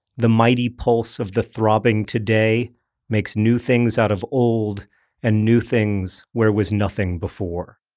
the mighty pulse of the throbbing today makes new things out of old and new things where was nothing before.